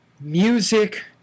music